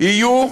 יהיו